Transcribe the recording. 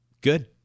Good